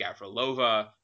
Gavrilova